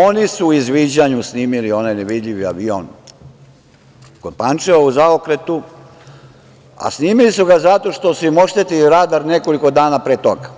Oni su izviđanju snimili onaj nevidljivi avion kod Pančeva u zaokretu, a snimili su ga zato što su im oštetili radar nekoliko dana pre toga